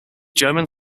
german